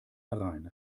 herein